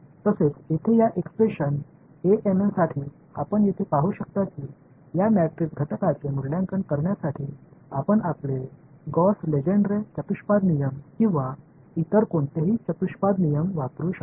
तसेच येथे या एक्सप्रेशन साठी आपण येथे पाहू शकता की या मॅट्रिक्स घटकाचे मूल्यांकन करण्यासाठी आपण आपले गौस लेजेंड्रे चतुष्पाद नियम किंवा इतर कोणतेही चतुष्पाद नियम वापरू शकता